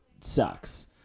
sucks